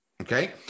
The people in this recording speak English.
Okay